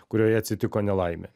kurioje atsitiko nelaimė